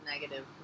negative